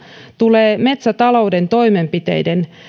tulee metsätalouden toimenpiteiden